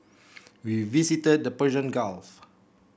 we visited the Persian Gulf